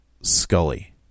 Scully